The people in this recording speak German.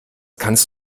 kannst